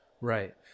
Right